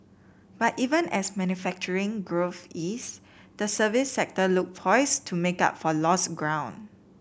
but even as manufacturing growth ease the services sector looks poised to make up for lost ground